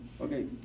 okay